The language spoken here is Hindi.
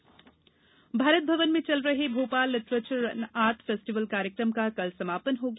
लिटरेचर फेस्टिवल भारत भवन में चल रहे Bhopal literature and art festival कार्यक्रम का कल समापन हो गया